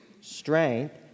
strength